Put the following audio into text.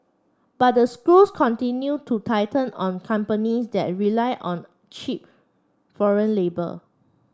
but the screws continue to tighten on companies that rely on cheap foreign labour